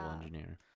engineer